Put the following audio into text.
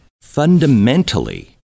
fundamentally